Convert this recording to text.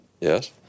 Yes